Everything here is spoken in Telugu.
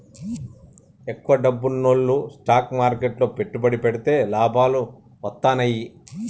ఎక్కువ డబ్బున్నోల్లు స్టాక్ మార్కెట్లు లో పెట్టుబడి పెడితే లాభాలు వత్తన్నయ్యి